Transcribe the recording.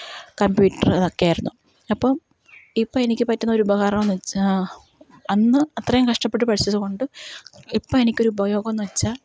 computer അതൊക്കെയായിരുന്നു അപ്പം ഇപ്പം എനിക്ക് പറ്റുന്ന ഒരു ഉപകാരം എന്നു വെച്ചാൽ അന്ന് അത്രയും കഷ്ടപ്പെട്ടു പഠിച്ചതു കൊണ്ട് ഇപ്പം എനിക്ക് ഒരുപയോഗം എന്നു വെച്ചാൽ